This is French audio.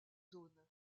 zones